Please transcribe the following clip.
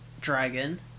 dragon